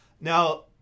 now